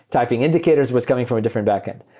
typing indicators was coming from a different backend.